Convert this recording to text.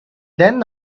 then